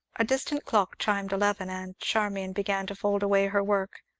a distant clock chimed eleven, and charmian began to fold away her work,